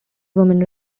women